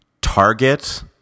Target